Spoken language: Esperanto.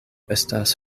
estas